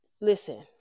Listen